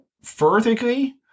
vertically